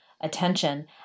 attention